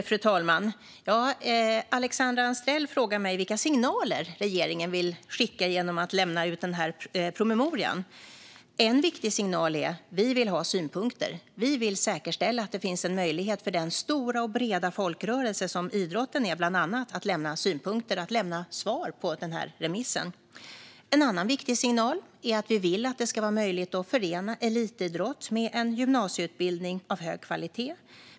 Fru talman! Alexandra Anstrell frågar mig vilka signaler regeringen vill skicka genom att lämna ut promemorian. En viktig signal är att vi vill ha in synpunkter. Vi vill säkerställa att det finns möjlighet för den stora och breda folkrörelse som idrotten bland annat är att lämna synpunkter och svar på remissen. En annan viktig signal är att vi vill att det ska vara möjligt att förena elitidrottande med att gå en gymnasieutbildning av hög kvalitet.